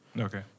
Okay